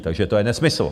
Takže to je nesmysl.